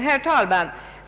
Herr talman!